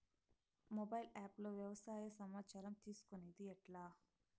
Mobile app లో వ్యవసాయ సమాచారం తీసుకొనేది ఎట్లా?